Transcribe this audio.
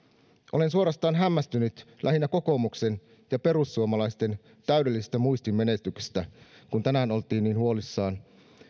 olen suorastaan hämmästynyt lähinnä kokoomuksen ja perussuomalaisten täydellisestä muistinmenetyksestä kun tänään oltiin niin huolissaan